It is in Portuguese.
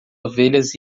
ovelhas